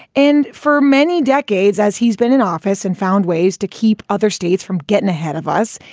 and for many decades as he's been in office and found ways to keep other states from getting ahead of us,